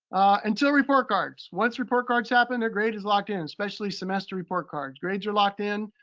until report cards. once report cards happen their grade is locked in, especially semester report cards. grades are locked in.